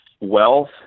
wealth